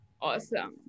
awesome